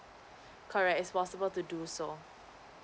correct it's possible to do so